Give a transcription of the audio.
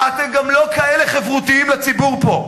אתם גם לא כאלה חברותיים לציבור פה.